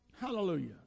Hallelujah